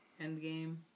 Endgame